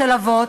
של אבות,